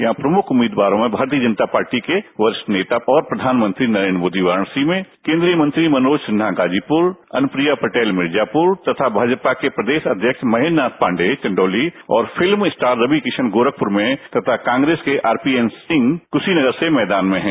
यहां प्रमुख उम्मीदवारों में भारतीय जनता पार्टी के वरिष्ठ नेता और प्रधानमंत्री नरेन्द्र मोदी वाराणसी में केंद्रीय मंत्री मनोज सिन्हा गाजीपुर अनुप्रिया पटेल मिर्जापुर तथा भाजपा के प्रदेश अध्यक्ष महिन्द्र नाथ पांडे चंदौली और फिल्म स्टार रविकिशन गोरखपुर में तथा कांग्रेस के आरपीएन सिंह कृशीनगर से मैदान में हैं